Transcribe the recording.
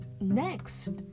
next